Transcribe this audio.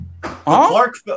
Clark